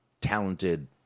talented